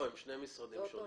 לא, הם שני משרדים שונים.